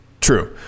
true